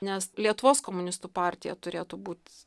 nes lietuvos komunistų partija turėtų būt